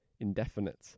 indefinite